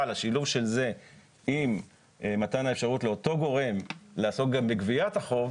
אבל השילוב של זה עם מתן האפשרות לאותו גורם לעסוק גם בגביית החוב,